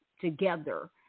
together